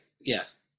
yes